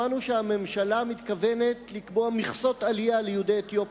שמענו שהממשלה מתכוונת לקבוע מכסות עלייה ליהודי אתיופיה,